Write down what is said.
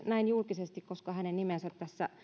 näin julkisesti koska hänen nimensä